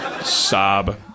sob